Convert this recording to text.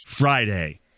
Friday